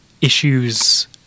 issues